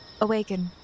awaken